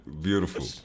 Beautiful